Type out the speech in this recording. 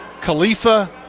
Khalifa